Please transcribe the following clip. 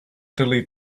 delete